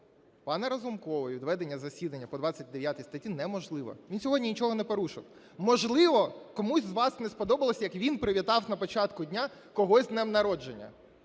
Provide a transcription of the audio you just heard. пана Разумкова від ведення засідання по 29 статті неможливо, він сьогодні нічого не порушив. Можливо, комусь з вас не сподобалося, як він привітав на початку дня когось з днем народження,